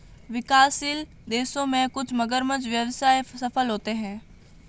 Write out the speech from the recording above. विकासशील देशों में कुछ मगरमच्छ व्यवसाय सफल होते हैं